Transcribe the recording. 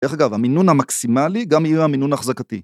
דרך אגב, המינון המקסימלי גם יהיה המינון האחזקתי.